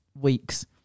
weeks